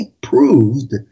proved